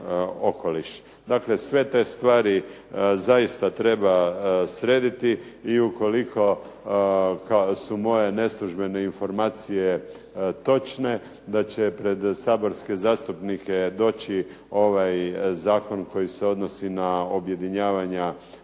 Dakle, sve te stvari zaista treba srediti i ukoliko su moje neslužbene informacije točne da će pred saborske zastupnike doći ovaj Zakon koji se odnosi na objedinjavanja